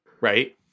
right